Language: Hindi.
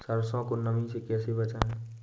सरसो को नमी से कैसे बचाएं?